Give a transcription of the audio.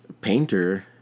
painter